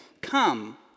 Come